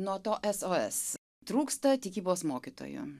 nuo to sos trūksta tikybos mokytojo